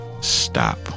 stop